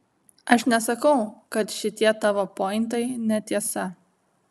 aš nesakau kad šitie tavo pointai netiesa